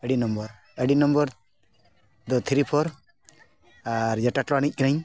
I D number I D number ᱫᱚ three four ᱟᱨ ᱡᱟᱴᱟ ᱴᱚᱞᱟ ᱨᱮᱱᱤᱡ ᱠᱟᱹᱱᱟᱹᱧ